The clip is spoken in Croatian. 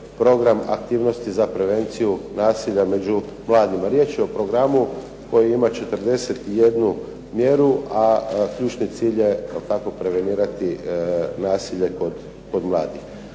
program aktivnosti za prevenciju nasilja među mladima. Riječ je o programu koji ima 41 mjeru, a ključni cilj je tako prevenirati nasilje kod mladih.